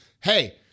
hey